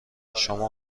شما